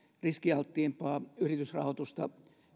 riskialttiimpaa yritysrahoitusta